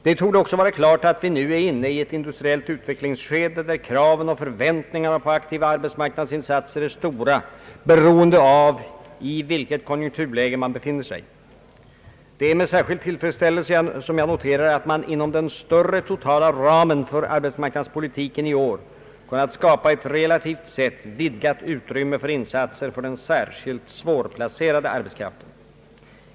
Det torde också vara klart att vi nu är inne i ett industriellt utvecklingsskede där kraven och förväntningarna på aktiva arbetsmarknadsinsatser är stora oberoende av i vilket konjunkturläge man befinner sig. Det är med särskild tillfredsställelse som jag noterar att man inom den större totala ramen för arbetsmarknadspolitiken i år kunnat skapa ett relativt sett vidgat utrymme för insatser för den särskilt svårplacerade arbetskraften.